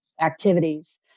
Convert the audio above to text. activities